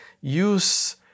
use